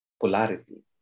polarity